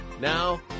Now